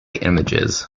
images